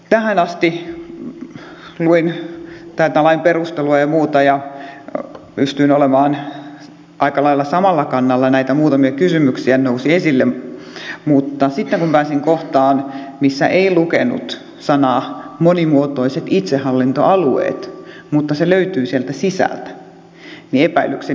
tähän asti luen täältä lain perustelua ja muuta pystyin olemaan aika lailla samalla kannalla näitä muutamia kysymyksiä nousi esille mutta sitten kun pääsin kohtaan missä ei lukenut sanoja monimuotoiset itsehallintoalueet mutta se löytyy sieltä sisältä epäilykseni heräsi